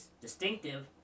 distinctive